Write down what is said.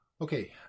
Okay